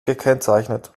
gekennzeichnet